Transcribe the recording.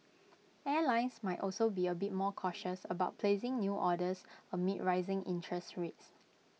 airlines might also be A bit more cautious about placing new orders amid rising interest rates